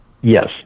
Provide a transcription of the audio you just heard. Yes